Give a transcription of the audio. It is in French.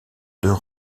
deux